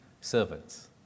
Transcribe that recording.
servants